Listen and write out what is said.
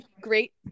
great